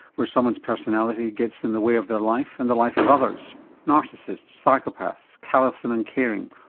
where someone's personality gets in the way of their life and the life of others narcissists, psychopaths, callous and uncaring,